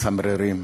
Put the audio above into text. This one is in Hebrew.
מצמררים.